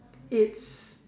it's